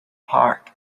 park